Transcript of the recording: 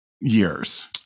years